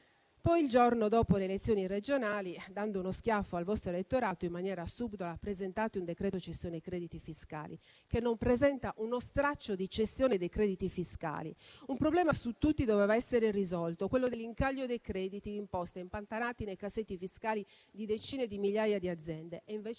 Poi, il giorno dopo le elezioni regionali, dando uno schiaffo al vostro elettorato, in maniera subdola presentate un decreto sulla cessione dei crediti fiscali che non presenta uno straccio di cessione dei crediti fiscali. Un problema su tutti doveva essere risolto, quello dell'incaglio dei crediti d'imposta impantanati nei cassetti fiscali di decine di migliaia di aziende